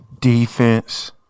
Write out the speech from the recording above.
Defense